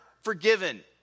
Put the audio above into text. forgiven